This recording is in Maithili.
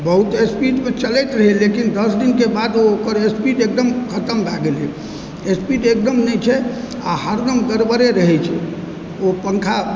बहुत स्पीडमे चलैत रहै यऽ लेकिन दस दिनके बाद ओ ओकर स्पीड एकदम खतम भए गेलय स्पीड एकदम नहि छै आ हरदम गड़बड़े रहय छै ओ पंखा